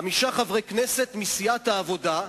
חמישה חברי כנסת מסיעת העבודה,